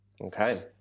okay